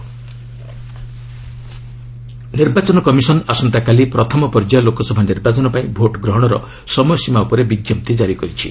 EC voting time ନିର୍ବାଚନ commission ଆସନ୍ତାକାଲି ପ୍ରଥମ ପର୍ଯ୍ୟାୟ ଲୋକସଭା ନିର୍ବାଚନ ପାଇଁ ଭୋଟ୍ ଗ୍ରହଣର ସମୟସୀମା ଉପରେ ବିଜ୍ଞପ୍ତି କାରି କରିଛି